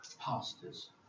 pastors